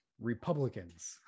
Republicans